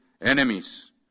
enemies